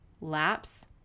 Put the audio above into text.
laps